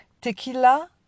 tequila